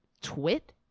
twit